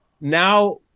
now